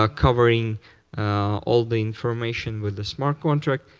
ah covering all the information with the smart contract,